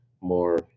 more